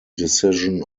decision